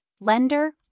lender